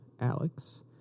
Alex